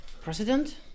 president